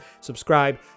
subscribe